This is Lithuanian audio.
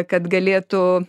kad galėtų